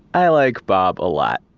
i like bob a lot.